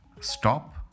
stop